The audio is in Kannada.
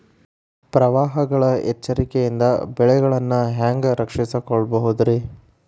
ಪ್ರವಾಹಗಳ ಎಚ್ಚರಿಕೆಯಿಂದ ಬೆಳೆಗಳನ್ನ ಹ್ಯಾಂಗ ರಕ್ಷಿಸಿಕೊಳ್ಳಬಹುದುರೇ?